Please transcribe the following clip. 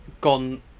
gone